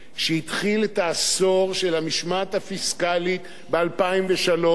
שהתחיל את העשור של המשמעת הפיסקלית ב-2003,